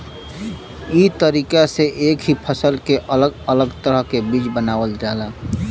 ई तरीका से एक ही फसल के अलग अलग तरह के बीज बनावल जाला